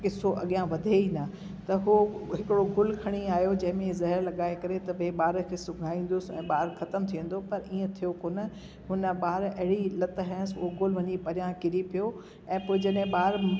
किसो अॻियां वधे ई न त उहो हिकिड़ो गुलु खणी आहियो जंहिंमें ज़हरु लॻाए करे त भई ॿार खे सुघाईंदुसि ऐं ॿारु ख़तम थी वेंदो पर ईअं थियो कोनि हुन ॿारु अहिड़ी लत हयसि उहो गोल वञी परियां किरी पियो ऐं पोइ जॾहिं ॿारु